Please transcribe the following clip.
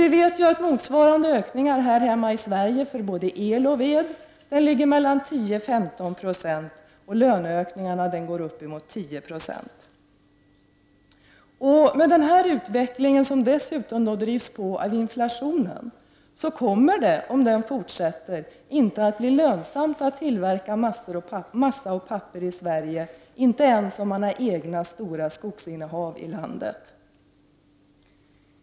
Vi vet att motsvarande ökningar här hemma i Sverige för både el och ved ligger mellan 10 96 och 15 20 samt att löneökningarna går upp emot 10 96. Med denna utveckling, som dessutom drivs på av inflationen, kommer det — om utvecklingen fortsätter — inte att bli lönsamt att tillverka massa och papper i Sverige, inte ens om man har egna stora skogsinnehav i landet.